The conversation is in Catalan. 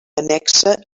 annexa